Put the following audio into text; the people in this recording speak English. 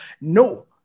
No